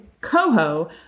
Coho